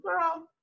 girl